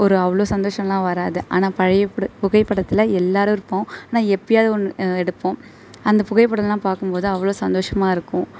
ஒரு அவ்வளோ சந்தோஷம்லா வராது ஆனால் பழைய புகைப்படத்தில் எல்லோரும் இருப்போம் ஆனால் எப்பயாவது ஒன்று எடுப்போம் அந்த புகைப்படம்லாம் பார்க்கும் போது அவ்வளோ சந்தோஷமா இருக்கும்